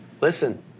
listen